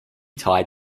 tied